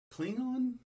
Klingon